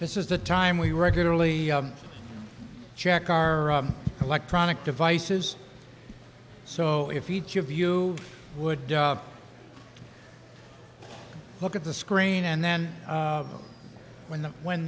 this is the time we regularly check our electronic devices so if each of you would look at the screen and then when the when